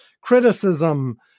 criticism